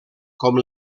com